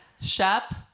Shep